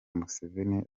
museveni